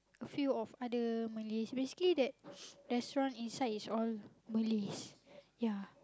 a few of other Malays basically that restaurant inside is all Malays ya